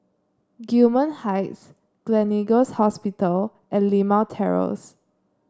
Gillman Heights Gleneagles Hospital and Limau Terrace